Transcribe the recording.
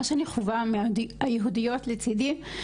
מה שאני חווה מהיהודיות לצידי,